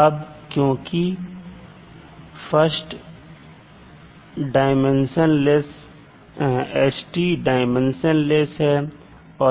अब क्योंकि st dimensionless है